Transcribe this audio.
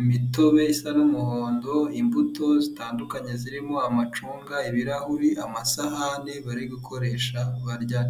imitobe isa n'umuhondo, imbuto zitandukanye zirimo: amacunga, ibirahuri, amasahani, bari gukoresha barya.